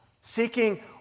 Seeking